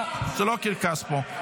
לא, זה לא קרקס פה.